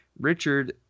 richard